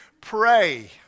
Pray